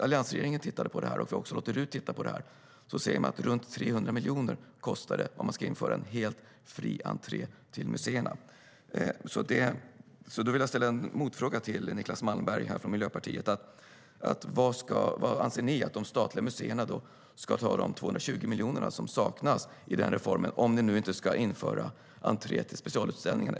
Alliansregeringen har tittat på detta, och även RUT har tittat på detta. Där framgår att det kostar omkring 300 miljoner att införa en helt fri entré till museerna. Då ställer jag en motfråga till Niclas Malmberg från Miljöpartiet. Varifrån ska de statliga museerna ta de 220 miljonerna som saknas i den reformen, om ni inte ska införa entré till specialutställningarna?